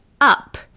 up